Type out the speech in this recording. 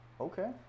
okay